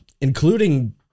including